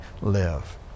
live